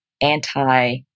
anti